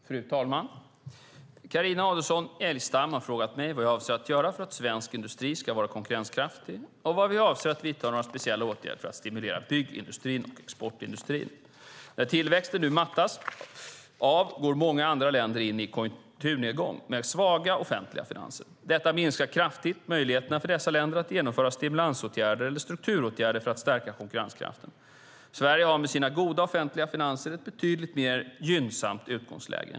Fru talman! Carina Adolfsson Elgestam har frågat mig vad jag avser att göra för att svensk industri ska vara konkurrenskraftig och om vi avser att vidta några speciella åtgärder för att stimulera byggindustrin och exportindustrin. När tillväxten nu mattas av går många andra länder in i konjunkturnedgången med mycket svaga offentliga finanser. Detta minskar kraftigt möjligheterna för dessa länder att genomföra stimulansåtgärder eller strukturåtgärder för att stärka konkurrenskraften. Sverige har med sina goda offentliga finanser ett betydligt mer gynnsamt utgångsläge.